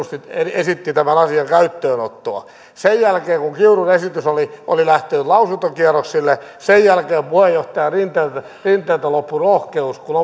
esitti tämän asian käyttöönottoa sen jälkeen kun kiurun esitys oli oli lähtenyt lausuntokierroksille puheenjohtaja rinteeltä rinteeltä loppui rohkeus kun